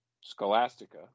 Scholastica